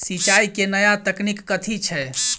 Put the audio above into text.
सिंचाई केँ नया तकनीक कथी छै?